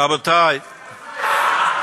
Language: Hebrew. רבותי, תקשיב,